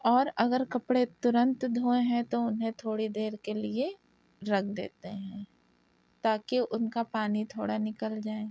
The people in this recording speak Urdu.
اور اگر کپڑے ترنت دھوئے ہیں تو انہیں تھوڑی دیر کے لیے رکھ دیتے ہیں تاکہ ان کا پانی تھوڑا نکل جائے